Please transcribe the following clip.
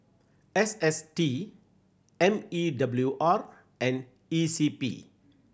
S S T M E W R and E C P